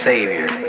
savior